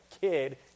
kid